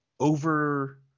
Over